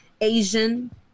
Asian